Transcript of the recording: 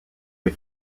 est